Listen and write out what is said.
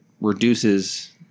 reduces